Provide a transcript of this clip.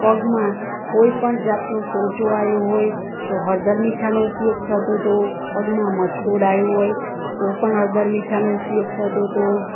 પગમાં કોઈ પણ જાતનો સોજો આવ્યો હોય તો હળદર મીઠાંનો ઉપયોગ થતો હતો પગમાં મચકોડ આવ્યો હોય તો પણ હળદર મીઠાંનો ઉપયોગ થતો હતો